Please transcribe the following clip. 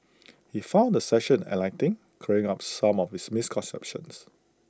he found the session enlightening clearing up some of his misconceptions